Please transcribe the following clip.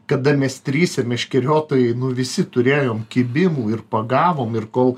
kada mes trise meškeriotojai nu visi turėjom kibimų ir pagavom ir kol